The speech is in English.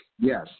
Yes